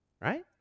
Right